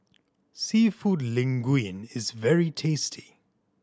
Seafood Linguine is very tasty